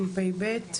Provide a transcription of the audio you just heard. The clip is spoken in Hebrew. בוקר טוב לכולם.